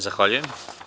Zahvaljujem.